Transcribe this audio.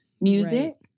music